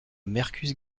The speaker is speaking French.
mercus